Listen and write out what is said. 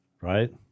right